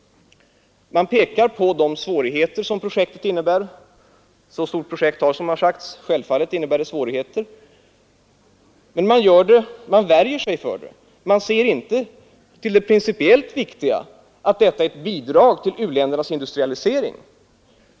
Man pekar på de svårigheter som projektet innebär. Ett så stort projekt innebär självfallet svårigheter, som man nu successivt söker lösa. Men man ser inte till det principiellt viktiga: att detta är ett bidrag till u-ländernas industrialisering.